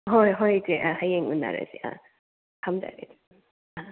ꯍꯣꯏ ꯍꯣꯏ ꯏꯆꯦ ꯍꯌꯦꯡ ꯎꯅꯔꯁꯦ ꯊꯝꯖꯔꯦ